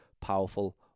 powerful